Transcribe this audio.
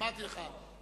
אמרתי לך,